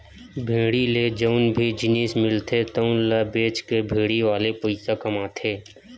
भेड़ी ले जउन भी जिनिस मिलथे तउन ल बेचके भेड़ी वाले पइसा कमाथे